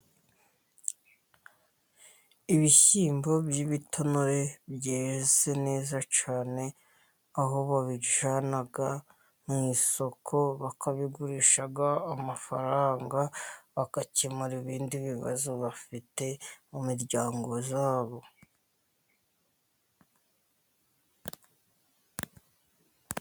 Ibishyimbo by'ibitonore byeze neza cyane, aho babijyana mu isoko, bakabigurisha amafaranga bagakemura ibindi bibazo bafite mu miryango yabo.